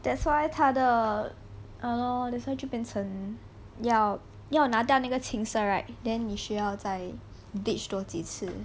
that's why 他的 !hannor! that's why 就变成要拿到那个青色 right then 你需要在 bleach 多几次